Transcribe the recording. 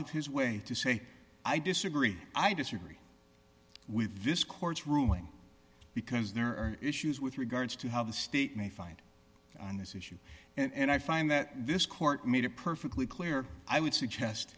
of his way to say i disagree i disagree with this court's ruling because there are issues with regards to how the state may fight on this issue and i find that this court made it perfectly clear i would suggest